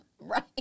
Right